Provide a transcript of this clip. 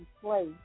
play